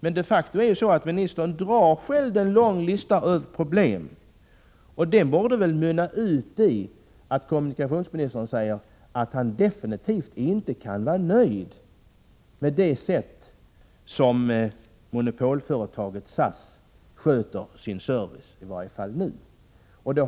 Men när ministern själv tar upp en lång lista över problem borde det väl mynna ut i att kommunikationsministern säger att han definitivt inte kan vara nöjd med det sätt som monopolföretaget SAS sköter sin service på, i varje fall för tillfället.